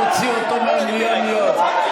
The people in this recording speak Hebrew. נא להוציא אותו מהמליאה מייד.